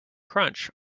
crunch